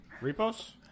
Repos